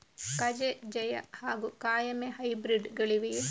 ಕಜೆ ಜಯ ಹಾಗೂ ಕಾಯಮೆ ಹೈಬ್ರಿಡ್ ಗಳಿವೆಯೇ?